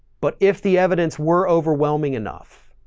but if the evidence were overwhelming enough,